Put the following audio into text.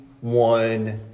one